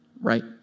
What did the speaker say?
right